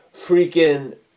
freaking